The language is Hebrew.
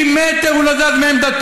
מילימטר הוא לא זז מעמדתו.